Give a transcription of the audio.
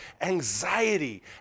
anxiety